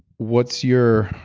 what's your,